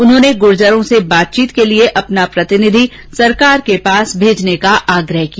उन्होंने गूर्जरों से बातचीत के लिए अपना प्रतिनिधि सरकार के पास भेजने का आग्रह किया